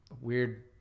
weird